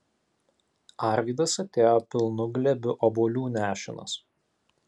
arvydas atėjo pilnu glėbiu obuolių nešinas